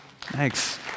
Thanks